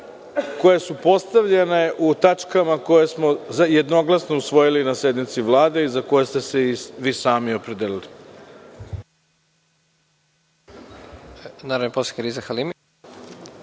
koje su postavljene u tačkama koje smo jednoglasno usvojili na sednici Vlade, za koje ste se i vi sami opredelili.